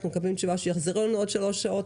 אנחנו מקבלים תשובה שיחזרו אלינו עוד שלוש שעות,